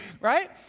Right